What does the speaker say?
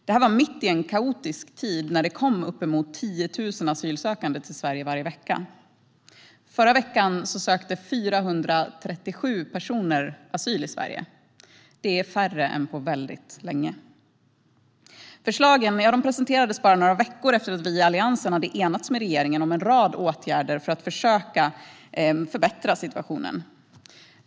Det var mitt i en kaotisk tid då det kom uppemot 10 000 asylsökande till Sverige varje vecka. Förra veckan sökte 437 personer asyl i Sverige. Det är färre än på väldigt länge. Förslagen presenterades bara några veckor efter att vi i Alliansen hade enats med regeringen om en rad åtgärder för att försöka förbättra situationen.